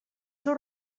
seus